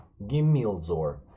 Gimilzor